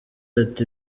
ati